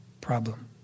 problem